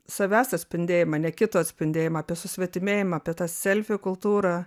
savęs atspindėjimą ne kito atspindėjimą apie susvetimėjimą apie tą selfi kultūrą